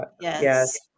Yes